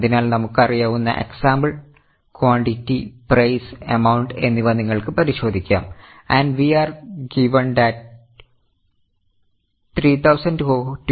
അതിനാൽ നമുക്ക് അറിയാവുന്ന എക്സാമ്പിൽ ക്വാണ്ടിറ്റിപ്രൈസ്എമൌണ്ട് എന്നിവ നിങ്ങൾക്ക് പരിശോധിക്കാം And we are given that 3200 units are issued in the period